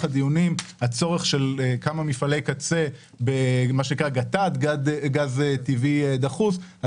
הדיונים הצורך של כמה מפעלי קצה במה שנקרא גט"ד גז טבעי דחוס.